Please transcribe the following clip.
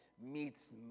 Meets